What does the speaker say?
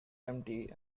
empty